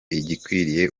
igikwiriye